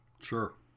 Sure